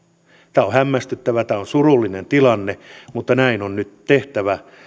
tämä on hämmästyttävä ja surullinen tilanne mutta näin on nyt tehtävä